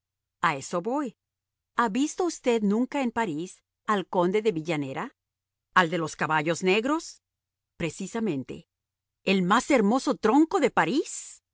a eso voy ha visto usted nunca en parís al conde de villanera al de los caballos negros precisamente el más hermoso tronco de parís